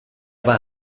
bada